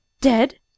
Dead